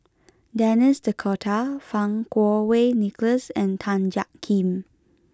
Denis D'Cotta Fang Kuo Wei Nicholas and Tan Jiak Kim